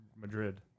Madrid